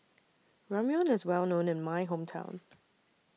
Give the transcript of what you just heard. Ramyeon IS Well known in My Hometown